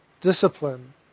discipline